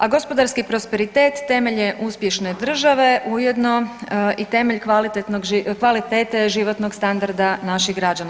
A gospodarski prosperitet temelj je uspješne države ujedno i temelj kvalitete životnog standarda naših građana.